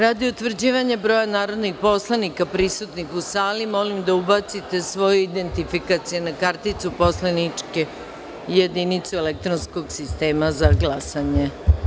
Radi utvrđivanja broja narodnih poslanika prisutnih u sali, molim narodne poslanike da ubace svoje identifikacione kartice u poslaničke jedinice elektronskog sistema za glasanje.